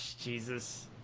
Jesus